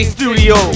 Studio